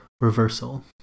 reversal